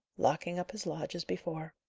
locking up his lodge as before.